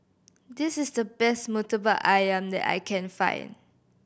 this is the best Murtabak Ayam that I can find